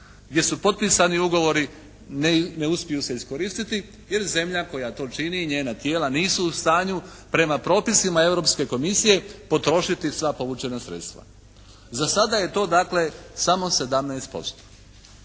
gdje su potpisani ugovori ne uspiju se iskoristiti jer zemlja koja to čini i njena tijela nisu u stanju prema propisima Europske komisije potrošiti sva povučena sredstva. Za sada je to dakle samo 17%